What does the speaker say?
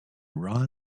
ron